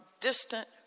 distant